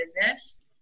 business